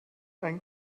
ein